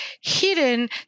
hidden